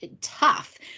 tough